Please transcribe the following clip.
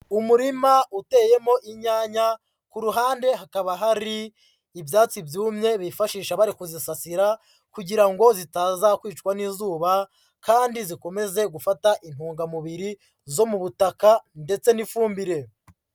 Umurima uteyemo inyanya, ku ruhande hakaba hari ibyatsi byumye bifashisha bari kuzisasira kugira ngo zitazakwicwa n'izuba kandi zikomeze gufata intungamubiri zo mu butaka ndetse n'ifumbire.